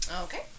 Okay